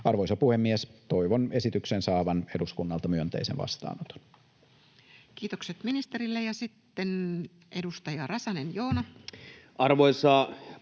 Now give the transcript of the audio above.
Arvoisa puhemies! Toivon esityksen saavan eduskunnalta myönteisen vastaanoton. Kiitokset ministerille, ja sitten mennään